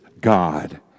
God